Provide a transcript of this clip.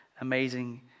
amazing